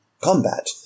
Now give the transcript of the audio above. combat